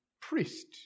priest